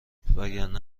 وگرنه